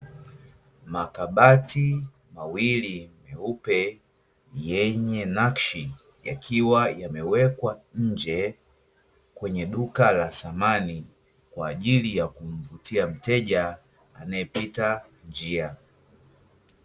Makabati mawili meupe yenye nakshi, yakiwa yamewekwa nje kwenye duka la samani, kwa ajili ya kumvutia mteja anaepita njia.